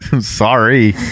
Sorry